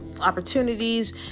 opportunities